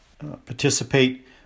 participate